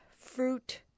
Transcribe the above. fruit